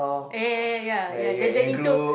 ya ya ya ya ya the the into